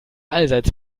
allseits